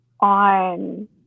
on